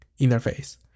interface